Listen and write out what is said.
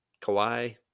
Kawhi